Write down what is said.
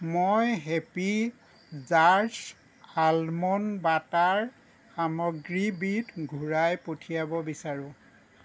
মই Happy Jars almond butter সামগ্ৰীবিধ ঘূৰাই পঠিয়াব বিচাৰোঁ